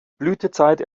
blütezeit